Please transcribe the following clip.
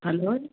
hello